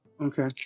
Okay